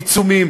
עיצומים,